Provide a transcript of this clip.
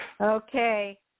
Okay